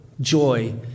joy